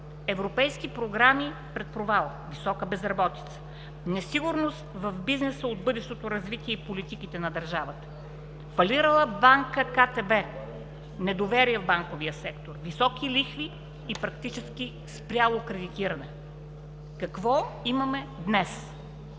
европейски програми пред провал, висока безработица, несигурност в бизнеса от бъдещото развитие и политиките на държавата, фалирала банка – КТБ, недоверие в банковия сектор, високи лихви и практически спряло кредитиране. Какво имаме днес?